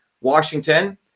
Washington